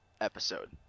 episode